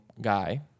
guy